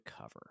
cover